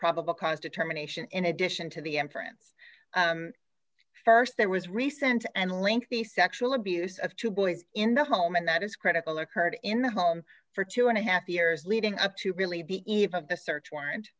probable cause determination in addition to the entrance first there was recent and lengthy sexual abuse of two boys in the home and that is critical occurred in the home for two and a half years leading up to really be eve of the search warrant